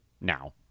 now